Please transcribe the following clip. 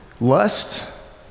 Lust